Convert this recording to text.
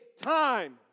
time